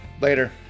Later